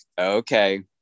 okay